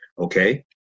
okay